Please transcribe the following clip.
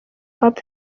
cup